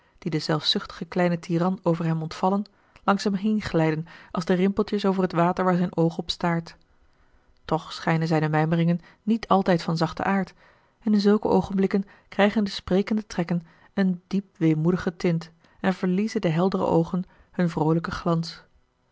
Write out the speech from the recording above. die den zelfzuchtigen kleinen tiran over hem ontvallen langs hem heen glijden als de rimpeltjes over het water waar zijn oog op staart toch schijnen zijne mijmeringen niet altijd van zachten aard en in zulke oogenblikken krijgen de sprekende trekken een diep weemoedige tint en verliezen de heldere oogen hun vroolijken glans